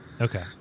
Okay